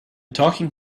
talking